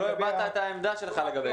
רק לא אמרת את העמדה שלך לגבי זה.